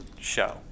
show